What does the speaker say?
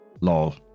lol